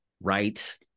right